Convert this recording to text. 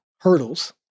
hurdles